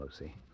Lucy